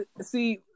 see